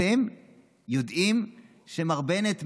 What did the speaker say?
אתם יודעים שמר בנט,